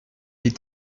est